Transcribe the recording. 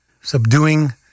subduing